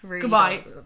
goodbye